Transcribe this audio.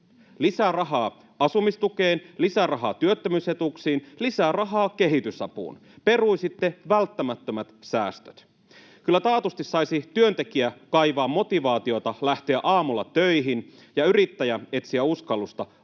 Lisää rahaa asumistukeen. Lisää rahaa työttömyysetuuksiin. Lisää rahaa kehitysapuun. Peruisitte välttämättömät säästöt. Kyllä taatusti saisi työntekijä kaivaa motivaatiota lähteä aamulla töihin ja yrittäjä etsiä uskallusta palkata